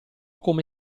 come